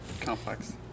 complex